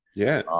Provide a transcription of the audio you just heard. yeah.